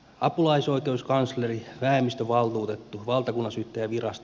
apulaisoikeuskansleri vähemmistövaltuutettu valtakunnansyyttäjänvirasto